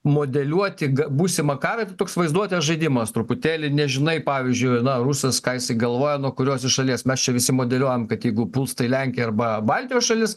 modeliuoti būsimą karą yra toks vaizduotės žaidimas truputėlį nežinai pavyzdžiui na rusas ką jisaigalvoja nuo kurios šalies mes čia visi modeliuojam kad jeigu puls tai lenkiją arba baltijos šalis